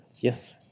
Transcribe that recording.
Yes